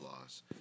loss